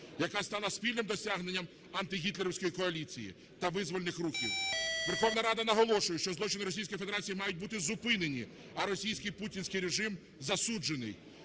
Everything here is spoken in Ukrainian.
яка стала спільним досягненням антигітлерівської коаліції та визвольних рухів. Верховна Рада наголошує, що злочини Російської Федерації мають бути зупинені, а російський путінський режим засуджений.